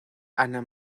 ana